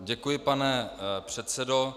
Děkuji, pane předsedo.